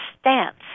stance